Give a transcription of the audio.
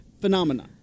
phenomena